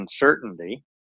uncertainty